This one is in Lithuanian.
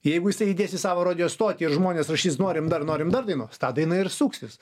jeigu jisai įdės į savo radijo stotį ir žmonės rašys norim dar norim dar dainos ta daina ir suksis